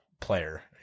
player